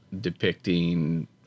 depicting